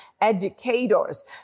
educators